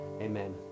Amen